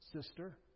Sister